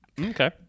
Okay